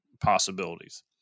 possibilities